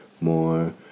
More